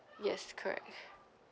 yes correct